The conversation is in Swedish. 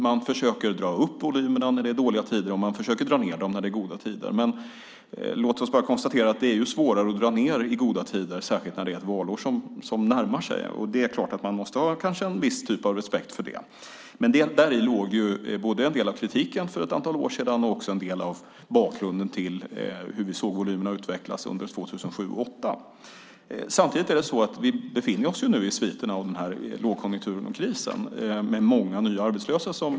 Man försöker dra upp volymerna när det är dåliga tider och dra ned dem när det är goda tider. Låt oss bara konstatera att det är svårare att dra ned i goda tider, särskilt när det är ett valår som närmar sig. Det är klart att man väl måste ha en viss typ av respekt för det. Men däri låg en del av kritiken för ett antal år sedan och också en del av bakgrunden till hur vi såg volymerna utvecklas under 2007 och 2008. Vi befinner oss nu i sviterna av lågkonjunkturen och krisen med många nya arbetslösa.